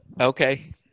okay